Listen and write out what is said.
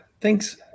thanks